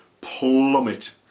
plummet